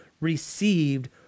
received